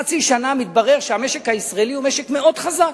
חצי שנה, מתברר שהמשק הישראלי הוא משק מאוד חזק.